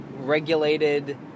regulated